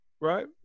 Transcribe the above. right